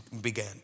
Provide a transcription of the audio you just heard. began